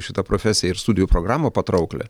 šitą profesiją ir studijų programą patrauklią